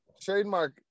trademark